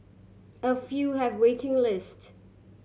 a few have waiting list